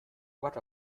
what